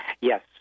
Yes